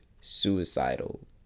suicidal